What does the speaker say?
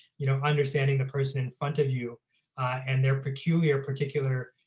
you know, understanding the person in front of you and their peculiar particular